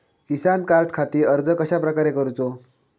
किसान कार्डखाती अर्ज कश्याप्रकारे करूचो?